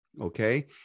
okay